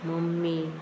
mummy